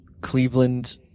Cleveland